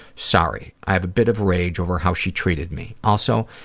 sorry. i've a bit of rage over how she treated me. also,